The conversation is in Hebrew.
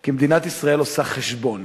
כי מדינת ישראל עושה חשבון.